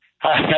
Hi